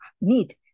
need